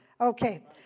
okay